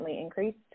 increased